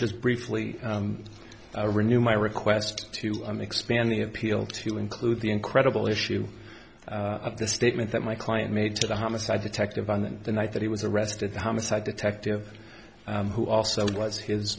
just briefly renew my request to expand the appeal to include the incredible issue of the statement that my client made to the homicide detective on the night that he was arrested the homicide detective who also was his